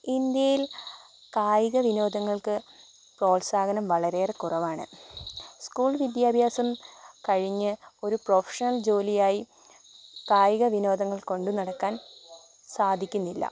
ഇന്ത്യയിൽ കായിക വിനോദങ്ങൾക്ക് പ്രോത്സാഹനം വളരെയേറെ കുറവാണ് സ്ക്കൂൾ വിദ്യാഭ്യാസം കഴിഞ്ഞ് ഒരു പ്രൊഫഷണൽ ജോലിയായി കായിക വിനോദങ്ങൾ കൊണ്ടുനടക്കാൻ സാധിക്കുന്നില്ല